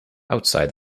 outside